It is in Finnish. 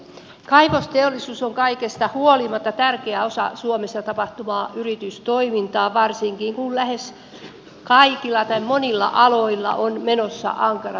kaivosteollisuus on kaikesta huolimatta tärkeä osa suomessa tapahtuvaa yritystoimintaa varsinkin kun monilla aloilla on menossa ankarat saneeraustoimet